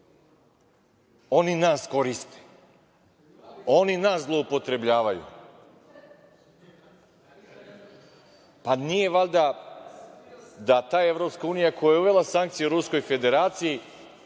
Oni nas koriste. Oni nas zloupotrebljavaju. Pa, nije valjda da ta EU koja je uvela sankcije Ruskoj Federaciji